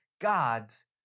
God's